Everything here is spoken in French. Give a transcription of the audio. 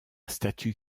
statue